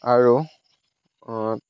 আৰু